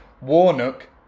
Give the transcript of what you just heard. Warnock